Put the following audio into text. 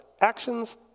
actions